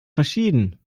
verschieden